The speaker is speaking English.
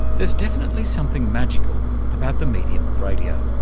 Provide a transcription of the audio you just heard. there's definitely something magical about the medium of radio.